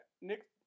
Nick